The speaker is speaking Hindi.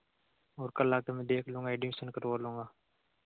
और कल आकर में देख लूँगा एडमीसन करवा लूँगा